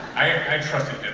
i trusted him.